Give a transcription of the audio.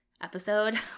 episode